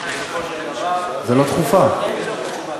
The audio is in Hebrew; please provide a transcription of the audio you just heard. חבר הכנסת דב חנין יהיה ראשון הדוברים,